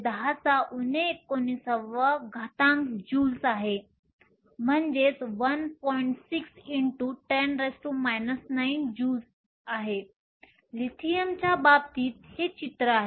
6 x 10 19 joules आहे लिथियमच्या बाबतीत हे चित्र आहे